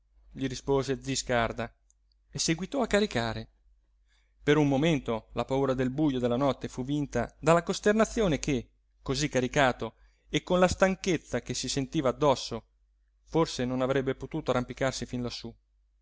gli rispose zi scarda e seguitò a caricare per un momento la paura del bujo della notte fu vinta dalla costernazione che cosí caricato e con la stanchezza che si sentiva addosso forse non avrebbe potuto arrampicarsi fin